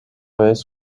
vez